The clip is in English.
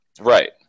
Right